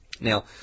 Now